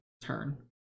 turn